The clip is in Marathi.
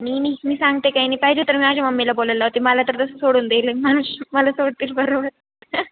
मी नाही मी सांगते काही नाही पाहिजे तर माझ्या मम्मीला बोलेल ती मला तर तसं सोडून देईल मला मला सोडतील बरोबर